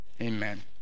amen